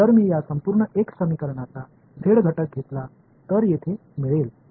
जर मी या संपूर्ण x समीकरणाचा झेड घटक घेतला तर ते येथे मिळेल